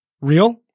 Real